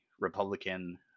Republican